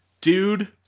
Dude